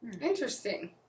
Interesting